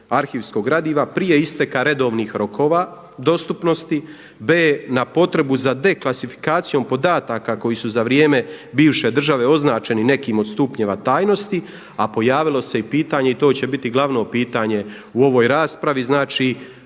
arhivskog gradiva prije isteka redovnih rokova dostupnosti. b) Na potrebu za deklasifikacijom podataka koji su za vrijem bivše države označenim nekim od stupnjeva tajnosti. A pojavilo se i pitanje i to će biti glavno pitanje u ovoj raspravi, znači